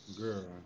girl